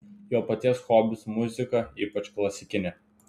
jo paties hobis muzika ypač klasikinė